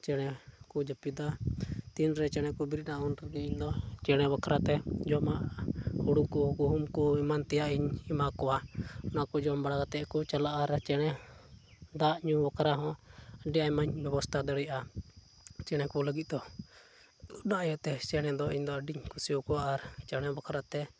ᱪᱮᱬᱮ ᱠᱚ ᱡᱟᱹᱯᱤᱫᱟ ᱛᱤᱱ ᱨᱮ ᱪᱮᱢᱮ ᱠᱚ ᱵᱮᱨᱮᱫᱼᱟ ᱩᱱ ᱨᱮᱜᱮ ᱤᱧᱫᱚ ᱪᱮᱬᱮ ᱵᱟᱠᱷᱨᱟ ᱛᱮ ᱡᱚᱢᱟᱜ ᱦᱩᱲᱩ ᱠᱚ ᱜᱩᱦᱩᱢ ᱠᱚ ᱮᱢᱟᱱ ᱛᱮᱭᱟᱜ ᱤᱧ ᱮᱢᱟ ᱠᱚᱣᱟ ᱚᱱᱟ ᱠᱚ ᱡᱚᱢ ᱵᱟᱲᱟ ᱠᱟᱛᱮᱫ ᱠᱚ ᱪᱟᱞᱟᱜᱼᱟ ᱟᱨ ᱪᱮᱬᱮ ᱫᱟᱜ ᱧᱩ ᱵᱟᱠᱷᱨᱟ ᱦᱚᱸ ᱟᱹᱰᱤ ᱟᱭᱢᱟᱧ ᱵᱮᱵᱚᱥᱛᱷᱟ ᱫᱟᱲᱮᱭᱟᱜᱼᱟ ᱪᱮᱬᱮ ᱠᱚ ᱞᱟᱹᱜᱤᱫ ᱫᱚ ᱚᱱᱟ ᱤᱭᱟᱹᱛᱮ ᱪᱮᱬᱮ ᱫᱚ ᱤᱧᱫᱚ ᱟᱹᱰᱤᱧ ᱠᱩᱥᱤᱭᱟᱠᱚᱣᱟ ᱟᱨ ᱪᱮᱬᱮ ᱵᱟᱠᱷᱨᱟ ᱛᱮ